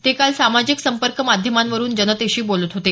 ते काल सामाजिक संपर्क माध्यमांवरून जनतेशी बोलत होते